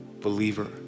believer